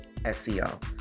SEO